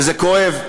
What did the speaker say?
וזה כואב,